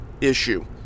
issue